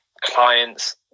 clients